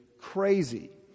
crazy